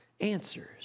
answers